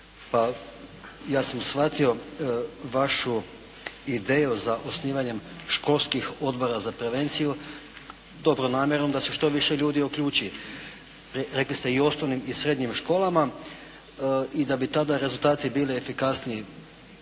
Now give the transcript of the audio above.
ja sam shvatio vašu ideju za osnivanjem školskih odbora za prevenciju dobronamjerno da se što više ljudi uključi. Rekli ste i osnovnim i srednjim školama i da bi tada rezultati bili efikasniji.